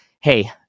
hey